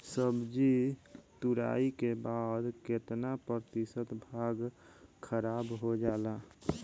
सब्जी तुराई के बाद केतना प्रतिशत भाग खराब हो जाला?